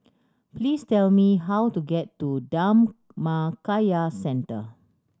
please tell me how to get to Dhammakaya Centre